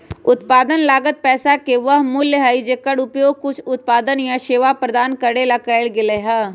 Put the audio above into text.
उत्पादन लागत पैसा के वह मूल्य हई जेकर उपयोग कुछ उत्पादन या सेवा प्रदान करे ला कइल गयले है